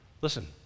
Listen